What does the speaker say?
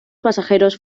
pasajeros